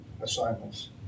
assignments